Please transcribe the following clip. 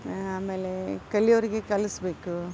ಆಮೇಲೆ ಕಲಿಯೋರಿಗೆ ಕಲಿಸಬೇಕು